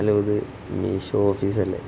hello ഇത് മീഷോ ഓഫീസല്ലേ